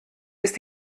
ist